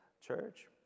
church